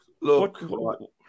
Look